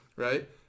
Right